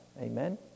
Amen